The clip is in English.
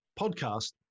podcast